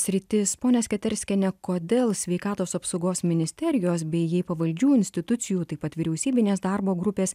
sritis ponia sketerskiene kodėl sveikatos apsaugos ministerijos bei jai pavaldžių institucijų taip pat vyriausybinės darbo grupės